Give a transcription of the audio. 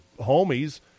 homies